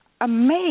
amazed